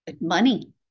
money